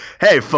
hey